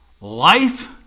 Life